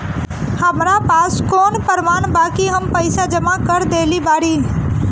हमरा पास कौन प्रमाण बा कि हम पईसा जमा कर देली बारी?